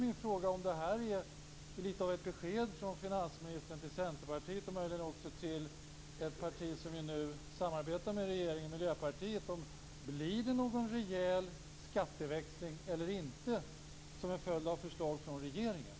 Min fråga är om det här är ett besked från finansministern till Centerpartiet och kanske också till ett parti som man nu samarbetar med i regeringen, Miljöpartiet. Blir det en rejäl skatteväxling eller inte, som en följd av förslag från regeringen?